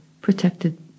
protected